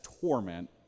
torment